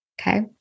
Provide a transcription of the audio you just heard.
okay